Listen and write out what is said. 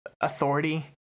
authority